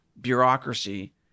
bureaucracy